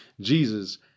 Jesus